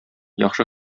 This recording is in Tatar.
яхшы